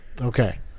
Okay